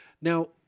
Now